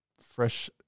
Fresh